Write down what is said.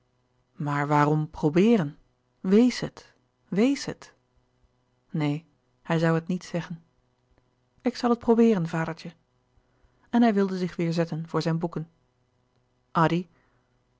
maar waarom probeeren wees het wees het neen hij zoû het niet zeggen ik zal het probeeren vadertje en hij wilde zich weêr zetten voor zijn boeken